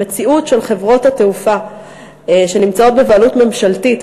המציאות של חברות התעופה שנמצאות בבעלות ממשלתית,